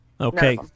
Okay